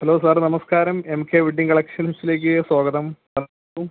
hello sir നമസ്കാരം M K wedding കളക്ഷൻസിലേക്ക് സ്വാഗതം പറയൂ